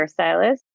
hairstylist